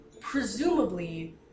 presumably